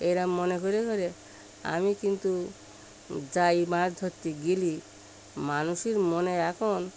এরা মনে করে করে আমি কিন্তু যাই মাছ ধরতে গেলে মানুষের মনে এখন